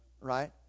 right